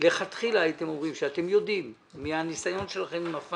מלכתחילה הייתם אומרים שאתם יודעים מהניסיון שלכם עם ה-